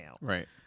Right